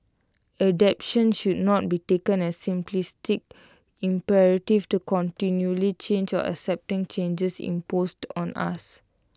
adaptation should not be taken as the simplistic imperative to continually change or accepting changes imposed on us